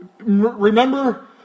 remember